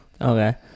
Okay